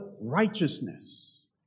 righteousness